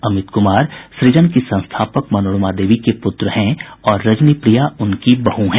अमित कुमार सुजन की संस्थापक मनोरमा देवी के पुत्र हैं और रजनी प्रिया उनकी बहू हैं